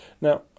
Now